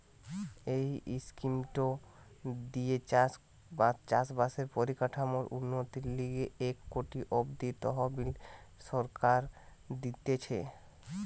এই স্কিমটো দিয়ে চাষ বাসের পরিকাঠামোর উন্নতির লিগে এক কোটি টাকা অব্দি তহবিল সরকার দিতেছে